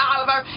Oliver